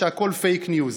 שהכול פייק ניוז.